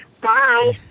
Bye